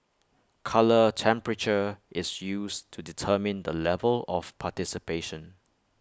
colour temperature is used to determine the level of participation